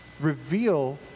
reveal